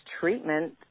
treatment